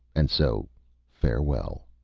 and so farewell!